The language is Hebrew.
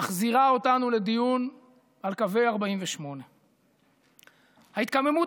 מחזירה אותנו לדיון על קווי 48'. ההתקוממות